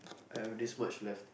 I have this much left